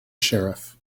sheriff